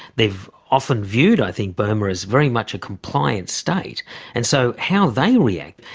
they've often viewed, i think, burma as very much a compliant state and so how they react.